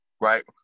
right